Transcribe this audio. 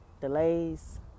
Delays